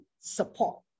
support